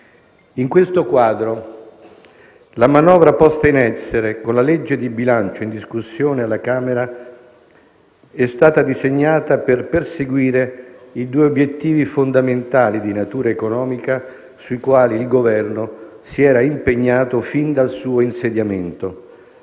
In questo quadro, la manovra posta in essere con il disegno di legge di bilancio in discussione alla Camera è stata disegnata per perseguire i due obiettivi fondamentali di natura economica sui quali il Governo si era impegnato fin dal suo insediamento: